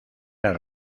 las